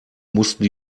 mussten